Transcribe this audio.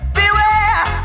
beware